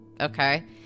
okay